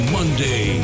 Monday